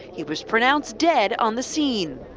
he was pronounced dead on the scene.